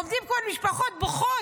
עומדות פה משפחות בוכות.